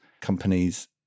companies